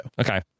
Okay